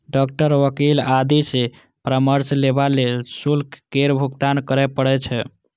doctor, वकील आदि सं परामर्श लेबा लेल शुल्क केर भुगतान करय पड़ै छै